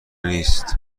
نیست